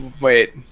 Wait